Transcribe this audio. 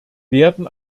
werden